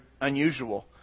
unusual